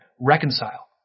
reconcile